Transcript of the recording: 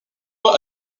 loi